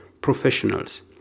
professionals